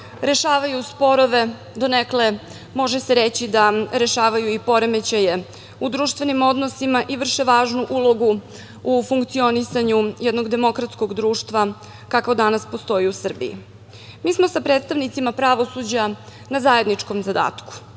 rešavaju sporove. Donekle može se reći da rešavaju i poremećaje u društvenim odnosima i vrše važnu ulogu u funkcionisanju jednog demokratskog društva kakvo danas postoji u Srbiji. Mi smo sa predstavnicima pravosuđa na zajedničkom zadatku,